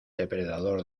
depredador